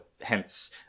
hence